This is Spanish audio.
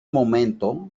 momento